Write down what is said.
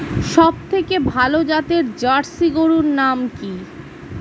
সবথেকে ভালো জাতের জার্সি গরুর নাম কি?